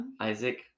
Isaac